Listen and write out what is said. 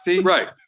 Right